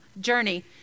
journey